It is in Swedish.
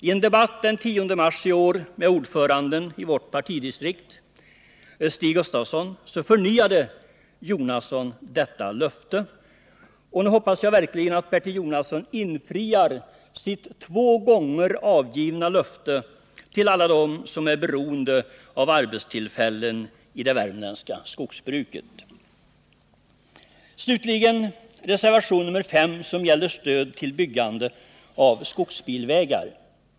I en debatt den 10 mars i år med ordföranden i vårt partidistrikt, Stig Gustafsson, förnyade Bertil Jonasson detta löfte. Och nu hoppas jag verkligen att Bertil Jonasson infriar sitt två gånger avgivna löfte till alla dem som är beroende av arbetstillfällen i det värmländska skogsbruket. Slutligen vill jag beröra reservation 5, som gäller stöd till byggande av skogsbilvägar.